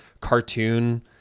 cartoon